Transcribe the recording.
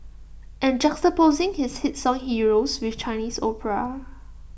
and juxtaposing his hit song heroes with Chinese opera